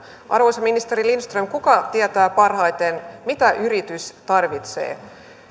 arvoisa ministeri lindström kuka tietää parhaiten mitä yritys tarvitsee